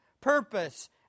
purpose